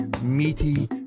meaty